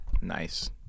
Nice